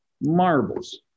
marbles